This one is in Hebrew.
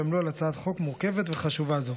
שעמלו על הצעת חוק מורכבת וחשובה זו.